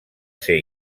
ser